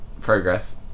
progress